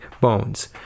bones